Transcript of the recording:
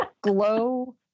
glow